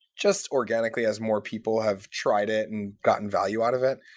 just organically, as more people have tried it and gotten value out of it.